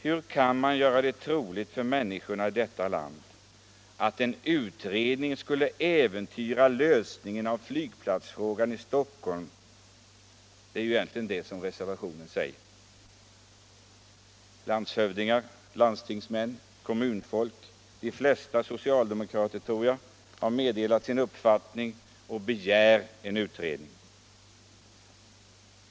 Hur kan man göra det troligt för människorna i detta land att en utredning skulle äventyra lösningen av flygplatsfrågan i Stockholm. Det är ju egentligen detta man säger i reservationen. Landshövdingar, landstingsmän, kommunfolk — de flesta socialdemokrater, tror jag — har meddelat sin uppfattning och begärt en utredning.